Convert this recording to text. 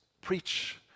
preach